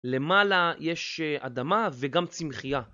למעלה יש א...אדמה, וגם צמחייה.